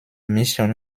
mission